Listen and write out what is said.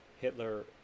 Hitler